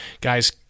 Guys